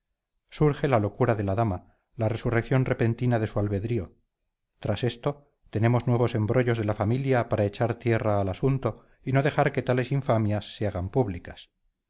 surge la locura de la dama la resurrección repentina de su albedrío tras esto tenemos nuevos embrollos de la familia para echar tierra al asunto y no dejar que tales infamias se hagan públicas